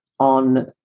On